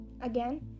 Again